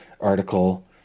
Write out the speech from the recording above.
article